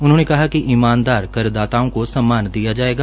उन्होंने कहा कि ईमानदार करदाताओं को सम्मान दिया जायेगा